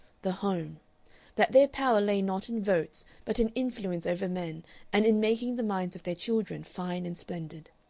the home that their power lay not in votes but in influence over men and in making the minds of their children fine and splendid.